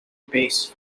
base